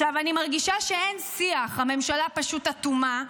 אני מרגישה שאין שיח, הממשלה פשוט אטומה.